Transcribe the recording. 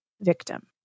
victim